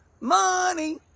money